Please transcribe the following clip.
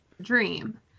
dream